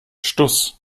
stuss